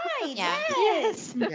Yes